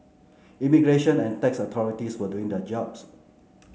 immigration and tax authorities were doing their jobs